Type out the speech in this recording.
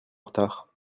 retard